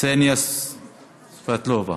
קסניה סבטלובה.